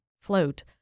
float